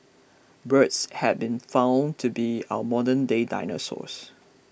birds have been found to be our modernday dinosaurs